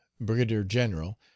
brigadier-general